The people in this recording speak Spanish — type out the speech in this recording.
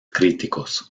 críticos